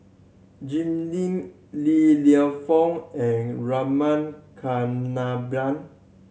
Jim Lim Li Lienfung and Rama Kannabiran